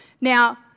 Now